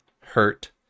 hurt